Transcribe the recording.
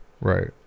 right